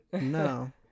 No